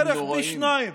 בערך פי שניים,